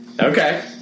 Okay